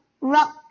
rock